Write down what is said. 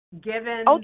given